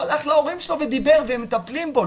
הוא הלך להורים שלו והוא דיבר והם מטפלים בו.